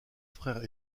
frères